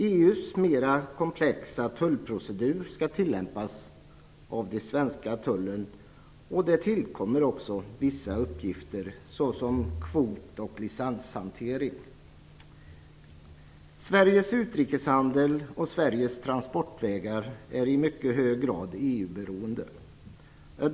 EU:s mer komplexa tullprocedurer skall tillämpas av den svenska tullen, och det tillkommer också vissa uppgifter, såsom kvot och licenshantering. Sveriges utrikeshandel och Sveriges transportvägar är i mycket hög grad EU-beroende.